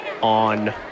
on